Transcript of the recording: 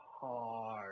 hard